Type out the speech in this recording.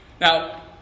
Now